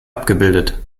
abgebildet